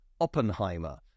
Oppenheimer